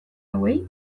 hauei